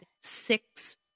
six